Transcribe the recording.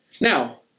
now